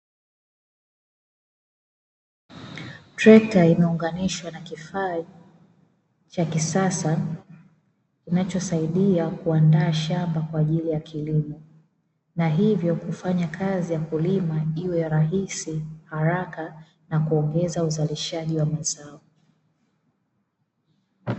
Trekta imeunganishwa na kifaa cha kisasa kinachosaidia kuandaa shamba kwa ajili ya kilimo, na hivyo kufanya kazi ya kulima iwe rahisi haraka na kuongeza uzalishaji wa mazao,